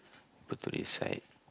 put to this side